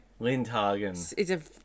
Lindhagen